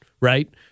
right